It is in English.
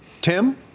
Tim